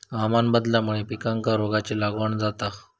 हवामान बदलल्यामुळे पिकांका रोगाची लागण जाता